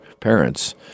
parents